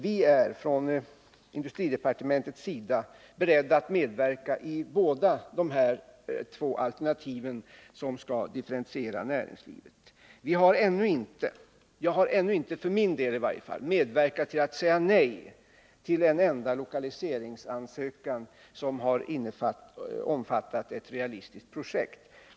Vi är från industridepartementets sida beredda att medverka i båda de alternativen, som skall differentiera näringslivet. Jag har för min del ännu inte medverkat till att säga nej till en enda lokaliseringsansökan som gällt ett realistiskt projekt.